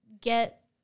get